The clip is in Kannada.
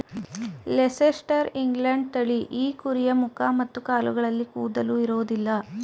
ಲೀಸೆಸ್ಟರ್ ಇಂಗ್ಲೆಂಡ್ ತಳಿ ಈ ಕುರಿಯ ಮುಖ ಮತ್ತು ಕಾಲುಗಳಲ್ಲಿ ಕೂದಲು ಇರೋದಿಲ್ಲ